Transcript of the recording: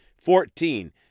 Fourteen